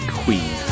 queen